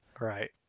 Right